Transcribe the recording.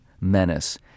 menace